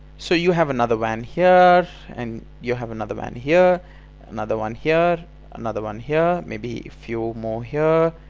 so you have another wan here and you have another wan here another one here another one here maybe few more here.